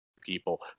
people